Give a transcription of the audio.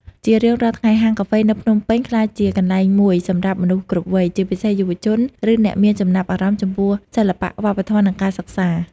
ជារៀងរាល់ថ្ងៃហាងកាហ្វេនៅភ្នំពេញក្លាយជាកន្លែងមួយសម្រាប់មនុស្សគ្រប់វ័យ ជាពិសេសយុវជន ឬអ្នកមានចំណាប់អារម្មណ៍ចំពោះសិល្បៈ វប្បធម៌ និងការសិក្សា។